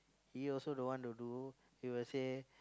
he also don't want to do he will say